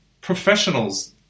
professionals